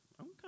okay